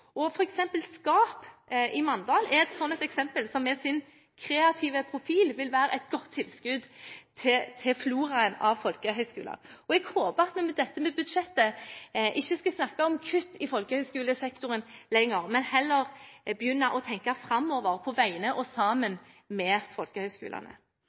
helt nytt. SKAP i Mandal er et sånt eksempel, som med sin kreative profil vil være et godt tilskudd til floraen av folkehøyskoler. Jeg håper at vi med dette budsjettet ikke skal snakke om kutt i folkehøyskolesektoren lenger, men heller begynne å tenke framover på vegne av og